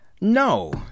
No